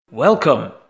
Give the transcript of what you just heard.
Welcome